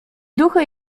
duchy